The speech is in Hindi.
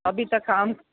अभी तक काम